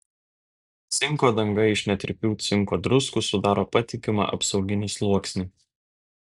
cinko danga iš netirpių cinko druskų sudaro patikimą apsauginį sluoksnį